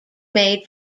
made